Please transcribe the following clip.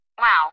Wow